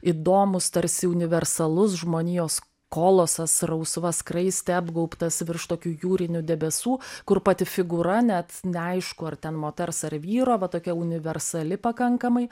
įdomus tarsi universalus žmonijos kolosas rausva skraiste apgaubtas virš tokių jūrinių debesų kur pati figūra net neaišku ar ten moters ar vyro va tokia universali pakankamai